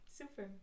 super